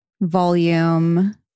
volume